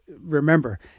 remember